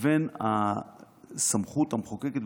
לבין הסמכות המחוקקת.